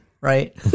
right